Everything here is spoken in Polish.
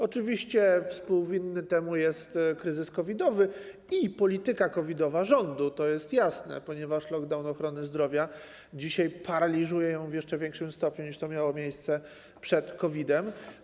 Oczywiście współwinny temu jest kryzys COVID-owy i polityka COVID-owa rządu, to jest jasne, ponieważ lockdown ochrony zdrowia dzisiaj paraliżuje ją w jeszcze większym stopniu, niż to miało miejsce przed COVID-em.